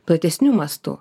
platesniu mastu